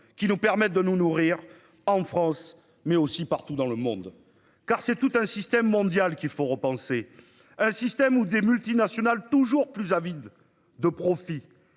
qui nous permettent de nous nourrir en France mais aussi partout dans le monde car c'est tout un système mondial qu'il faut repenser un système ou des multinationales toujours plus avides de profits